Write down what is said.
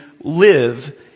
live